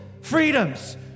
freedoms